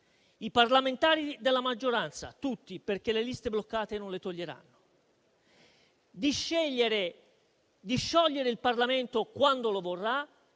i parlamentari della maggioranza, perché le liste bloccate non le toglieranno; di sciogliere il Parlamento quando lo vorrà